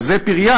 וזה פריה"